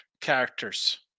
Characters